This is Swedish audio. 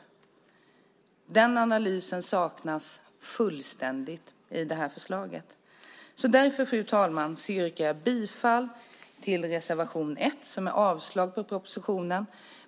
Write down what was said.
En sådan analys saknas fullständigt i det här förslaget. Därför, fru talman, yrkar jag bifall till reservation 2 under punkt 1 innebärande avslag på propositionen.